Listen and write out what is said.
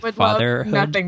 fatherhood